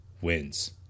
wins